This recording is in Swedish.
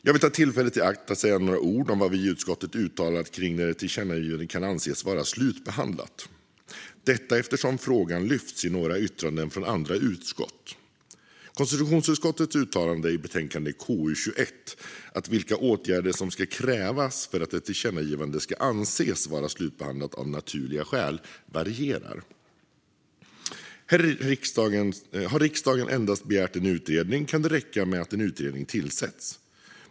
Jag vill ta tillfället i akt och säga några ord om vad vi i utskottet uttalat kring när ett tillkännagivande kan anses vara slutbehandlat, detta eftersom frågan lyfts fram i några yttranden från andra utskott. Konstitutionsutskottet uttalade i betänkande KU21 att vilka åtgärder som ska krävas för att ett tillkännagivande ska anses vara slutbehandlat av naturliga skäl varierar. Har riksdagen endast begärt en utredning kan det räcka med att en utredning tillsätts.